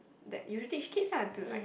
that you should teach kids lah to like